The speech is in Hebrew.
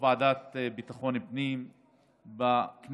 בוועדת ביטחון הפנים בכנסת.